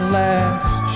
last